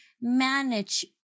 manage